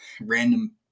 random